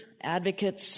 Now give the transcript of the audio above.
advocates